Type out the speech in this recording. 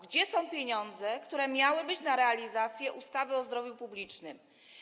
Gdzie są pieniądze, które miały być na realizację ustawy o zdrowiu publicznym?